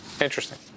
Interesting